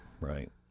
right